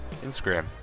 Instagram